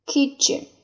Kitchen